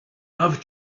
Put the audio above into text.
love